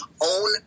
own